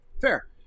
fair